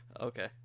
Okay